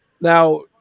Now